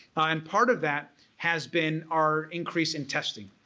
and part of that has been our increase in testing.